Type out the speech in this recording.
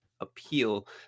appeal